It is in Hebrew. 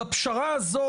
בפרשה הזו,